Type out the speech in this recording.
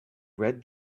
red